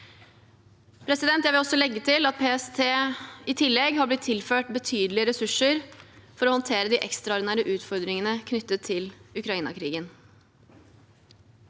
Jeg vil også legge til at PST i tillegg har blitt tilført betydelige ressurser for å håndtere de ekstraordinære utfordringene knyttet til Ukraina-krigen.